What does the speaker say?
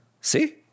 See